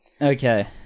Okay